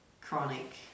chronic